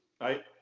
right